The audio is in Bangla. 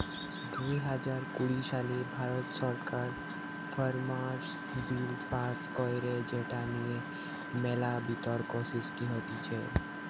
দুই হাজার কুড়ি সালে ভারত সরকার ফার্মার্স বিল পাস্ কইরে যেটা নিয়ে মেলা বিতর্ক সৃষ্টি হতিছে